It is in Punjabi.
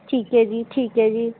ਠੀਕ ਹੈ ਜੀ ਠੀਕ ਹੈ ਜੀ